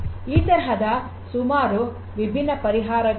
ಈ ತರಹದ ಸುಮಾರು ವಿಭಿನ್ನ ಪರಿಹಾರಗಳು ಇವೆ